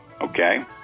okay